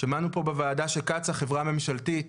שמענו פה בוועדה, שקצא"א חברה ממשלתית,